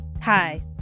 hi